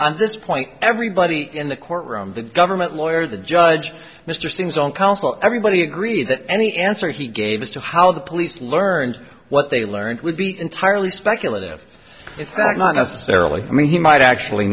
on this point everybody in the courtroom the government lawyer the judge mr singh's own counsel everybody agreed that any answer he gave as to how the police learned what they learned would be entirely speculative is that not necessarily i mean he might actually